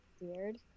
Weird